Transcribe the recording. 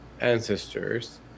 ancestors